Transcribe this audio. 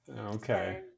Okay